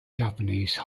japanese